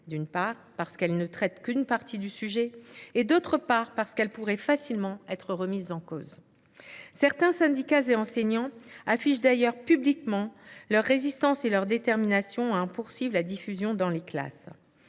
d’une part, parce qu’elles ne traitent qu’une partie du sujet ; d’autre part, parce qu’elles pourraient facilement être remises en cause. Certains syndicats et enseignants affichent d’ailleurs publiquement leur résistance et leur détermination à en poursuivre la diffusion dans les classes.